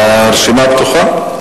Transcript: הרשימה פתוחה.